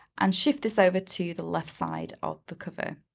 and shift this over to the left side of the cover.